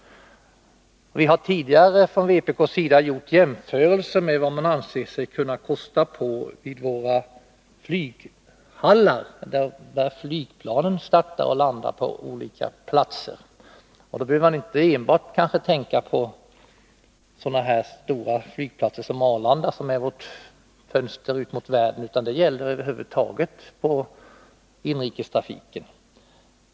Vi har tidigare från vpk:s sida gjort jämförelser med vad man ansett sig kunna kosta på våra flyghallar på olika platser där flygplanen startar och landar. Då tänker jag inte på en sådan plats som Arlanda, som är vårt fönster mot världen. Detta gäller över huvud taget för inrikestrafiken.